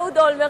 אהוד אולמרט,